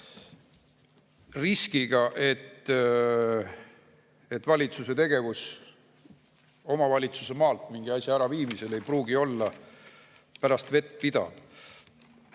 riskiga, et valitsuse tegevus omavalitsuse maalt mingi asja äraviimisel ei pruugi olla päris vettpidav.